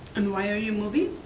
and why are you moving?